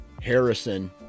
harrison